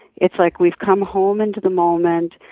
it's like we've come home into the moment,